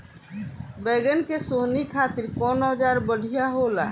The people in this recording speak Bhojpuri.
बैगन के सोहनी खातिर कौन औजार बढ़िया होला?